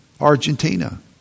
Argentina